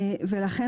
לכן,